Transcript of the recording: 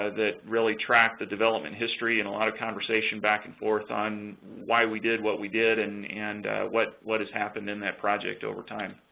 ah that really track the development history and a lot of conservation back and forth on why we did what we did and and what what has happened in that project over time.